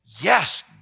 Yes